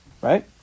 Right